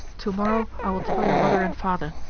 to-morrow i will tell your mother and father.